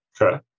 Okay